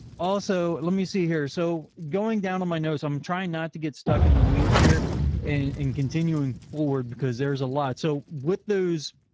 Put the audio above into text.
also, let me see here. so going down on my notes, i'm trying not to get stuck in the weeds here and, and continuing forward because there's a lot. so with those,